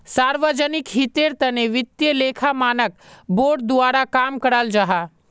सार्वजनिक हीतेर तने वित्तिय लेखा मानक बोर्ड द्वारा काम कराल जाहा